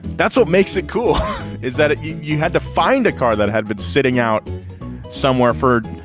that's what makes it cool is that ah you had to find a car that had been sitting out somewhere for,